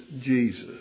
Jesus